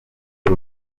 uru